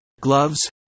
gloves